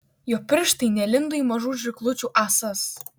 jo pirštai nelindo į mažų žirklučių ąsas